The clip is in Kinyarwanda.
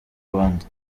abandi